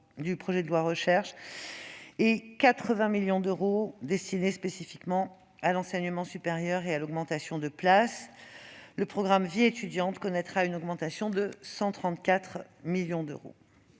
de programmation de la recherche et 80 millions d'euros destinés spécifiquement à l'enseignement supérieur et à l'augmentation du nombre de places. Le programme « Vie étudiante » connaîtra une augmentation de 134 millions d'euros.